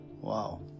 Wow